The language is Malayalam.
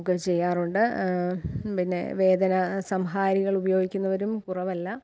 ഒക്കെ ചെയ്യാറുണ്ട് പിന്നെ വേദന സംഹാരികൾ ഉപയോഗിക്കുന്നവരും കുറവല്ല